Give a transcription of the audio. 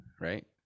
right